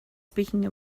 speaking